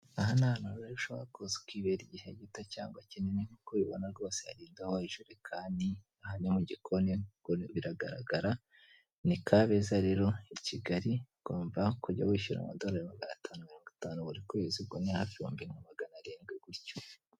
Aha ni ahantu rero ushobora kuza ukibera igihe gito cyangwa kinini nk'uko ubibona rwose hari rindobo, ijerekani aha ni mu gikoni biragaragara. Ni kabeza rero i Kigali ugomba kujya wishyura amadorari magana atanu mirongo itanu buri kwezi, ubwo ni hafi igihumbi magana arindwi gutyo.